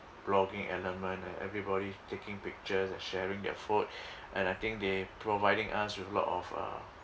blogging element and everybody taking pictures and sharing their food and I think they providing us with a lot of uh